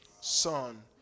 son